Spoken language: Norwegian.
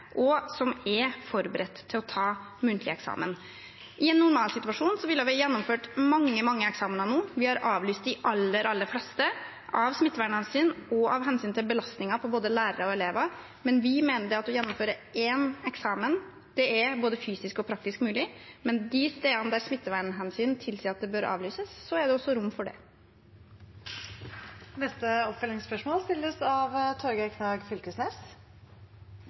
og som er forberedt til å ta muntlig eksamen. I en normalsituasjon ville vi gjennomført mange, mange eksamener nå. Vi har avlyst de aller, aller fleste – av smittevernhensyn og av hensyn til belastningen på både lærere og elever – men vi mener at å gjennomføre én eksamen er både fysisk og praktisk mulig. Men de stedene der smittevernhensyn tilsier at det bør avlyses, er det også rom for det. Torgeir Knag Fylkesnes – til oppfølgingsspørsmål.